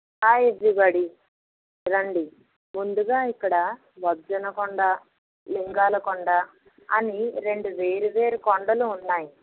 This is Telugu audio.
హాయ్ ఎవ్రీబడీ రండి ముందుగా ఇక్కడ బొజ్జన్న కొండ లింగాలకొండ అని రెండు వేరు వేరు కొండలు ఉన్నాయి